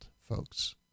folks